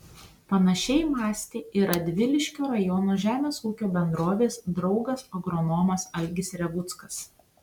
panašiai mąstė ir radviliškio rajono žemės ūkio bendrovės draugas agronomas algis revuckas